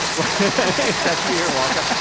well actually you're welcome.